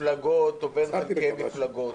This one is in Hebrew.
מפלגות או בין חלקי מפלגות,